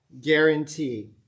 guarantee